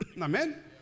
Amen